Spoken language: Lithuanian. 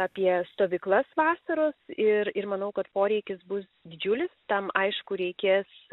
apie stovyklas vasaros ir ir manau kad poreikis bus didžiulis tam aišku reikės